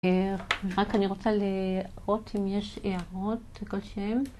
רק אני רוצה לראות אם יש הערות כלשהן